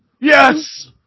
yes